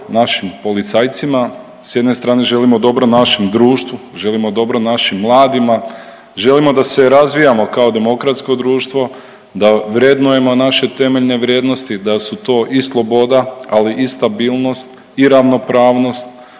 našim policajcima, s jedne strane želimo dobro našem društvo, želimo dobro našim mladima, želimo da se razvijamo kao demokratsko društvo, da vrednujemo naše temeljne vrijednosti, da su to i sloboda, ali i stabilnost i ravnopravnost